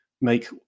make